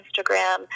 Instagram